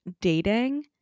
dating